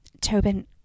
Tobin